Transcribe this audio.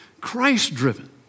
Christ-driven